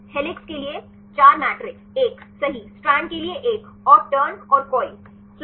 helix के लिए 4 matrix एक सही स्ट्रैंड के लिए एक और टर्न और कॉइल